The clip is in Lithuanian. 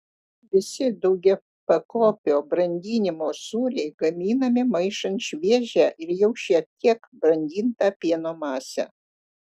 visi daugiapakopio brandinimo sūriai gaminami maišant šviežią ir jau šiek tiek brandintą pieno masę